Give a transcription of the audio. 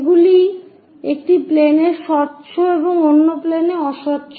এগুলি একটি প্লেনে স্বচ্ছ এবং অন্য প্লেনে অস্বচ্ছ